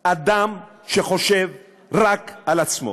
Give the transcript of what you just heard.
אדם שחושב רק על עצמו.